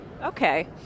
Okay